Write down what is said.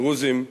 דרוזים,